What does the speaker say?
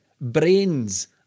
Brains